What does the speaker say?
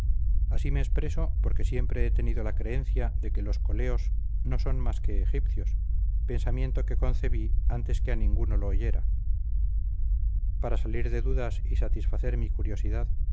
así me expreso porque siempre he tenido la creencia de que los coleos no son más que egipcios pensamiento que concebí antes que a ninguno lo oyera para salir de dudas y satisfacer mi curiosidad